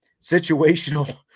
situational